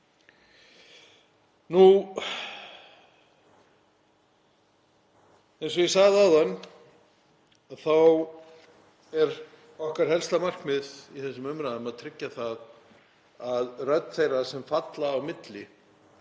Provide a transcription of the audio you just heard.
Eins og ég sagði áðan er okkar helsta markmið í þessum umræðum að tryggja það að rödd þeirra sem falla á milli